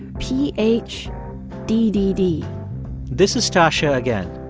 ph d d d this is stacya again.